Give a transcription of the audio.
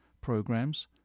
programs